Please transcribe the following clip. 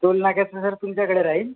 toll नाक्याचं sir तुमच्याकडे राहील